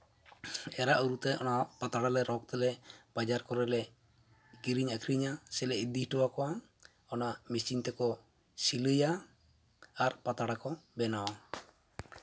ᱮᱨᱟ ᱩᱨᱩᱛᱮ ᱚᱱᱟ ᱯᱟᱛᱲᱟᱞᱮ ᱨᱚᱜᱽ ᱛᱮᱞᱮ ᱵᱟᱡᱟᱨ ᱠᱚᱨᱮᱞᱮ ᱠᱤᱨᱤᱧ ᱟᱹᱠᱷᱨᱤᱧᱟ ᱥᱮᱞᱮ ᱤᱫᱤ ᱦᱚᱴᱚ ᱟᱠᱚᱣᱟ ᱚᱱᱟ ᱢᱮᱹᱥᱤᱱ ᱛᱮᱠᱚ ᱥᱤᱞᱟᱹᱭᱟ ᱟᱨ ᱯᱟᱛᱲᱟ ᱠᱚ ᱵᱮᱱᱟᱣᱟ